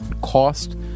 cost